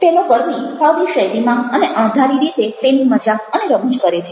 પેલો કર્મી હળવી શૈલીમાં અને અણધારી રીતે તેની મજાક અને રમૂજ કરે છે